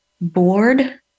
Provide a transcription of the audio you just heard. bored